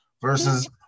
versus